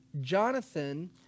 Jonathan